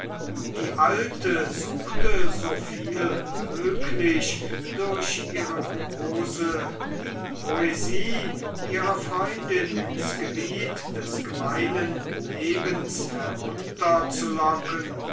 die alte suchte so viel möglich durch ihre prose die poesie ihrer freundin ins gebiet des gemeinen lebens